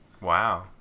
Wow